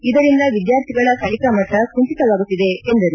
ಇದರಿಂದ ವಿದ್ವಾರ್ಥಿಗಳ ಕಲಿಕಾ ಮಟ್ಟ ಕುಂಠಿತವಾಗುತ್ತಿದೆ ಎಂದರು